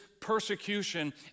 persecution